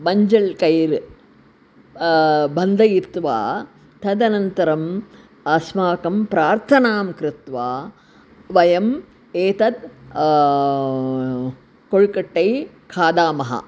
मंजळ् कैर् बन्धयित्वा तदनन्तरम् अस्माकं प्रार्थनां कृत्वा वयम् एतद् कोळ्कट्टै खादामः